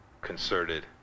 concerted